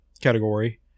category